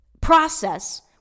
process